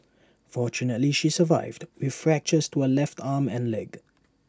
fortunately she survived with fractures to her left arm and leg